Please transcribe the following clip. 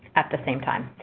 at the same time.